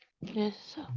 Yes